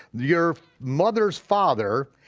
your mother's father,